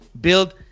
build